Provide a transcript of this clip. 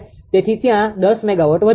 તેથી ત્યાં 10 મેગાવોટ વધે છે